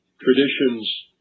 traditions